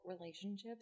relationships